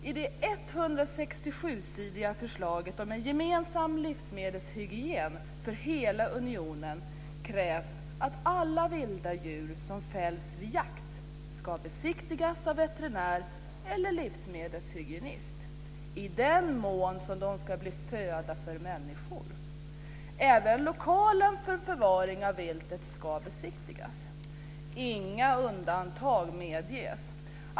I det 167-sidiga förslaget om en gemensam livsmedelshygien för hela unionen krävs att alla vilda djur som fälls vid jakt ska besiktigas av veterinär eller livsmedelshygienist, i den mån de ska bli föda för människor. Även lokalen för förvaring av viltet ska besiktigas. Inga undantag medges.